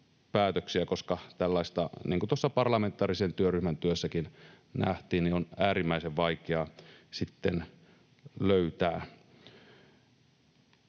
koska tällaista — niin kuin tuossa parlamentaarisen työryhmän työssäkin nähtiin — on äärimmäisen vaikea sitten